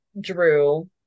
Drew